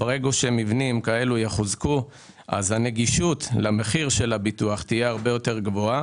ברגע שמבנים יחוזקו הנגישות למחיר של הביטוח תהיה הרבה יותר גבוהה.